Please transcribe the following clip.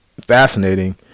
fascinating